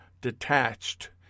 detached